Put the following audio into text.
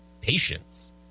patience